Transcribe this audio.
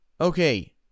Okay